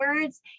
words